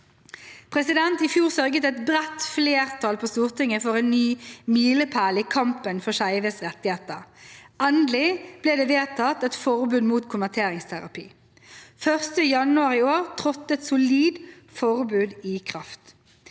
helse. I fjor sørget et bredt flertall på Stortinget for en ny milepæl i kampen for skeives rettigheter – endelig ble det vedtatt et forbud mot konverteringsterapi. Den 1. januar i år trådte et solid forbud i kraft.